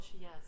yes